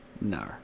No